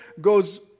goes